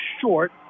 short